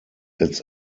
its